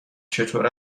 چطور